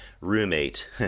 roommate